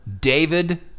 David